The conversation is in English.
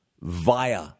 via